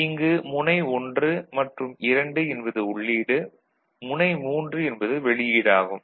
இங்கு முனை 1 மற்றும் 2 என்பது உள்ளீடு முனை 3 என்பது வெளியீடு ஆகும்